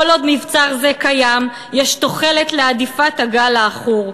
כל עוד מבצר זה קיים, יש תוחלת להדיפת הגל העכור.